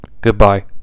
Goodbye